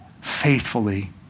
faithfully